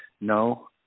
No